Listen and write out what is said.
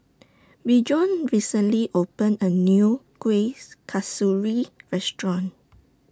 Bjorn recently opened A New Kueh's Kasturi Restaurant